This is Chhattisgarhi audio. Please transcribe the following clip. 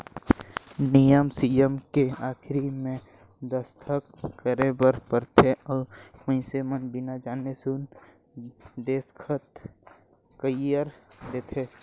नियम सियम के आखरी मे दस्खत करे बर परथे अउ मइनसे मन बिना जाने सुन देसखत कइर देंथे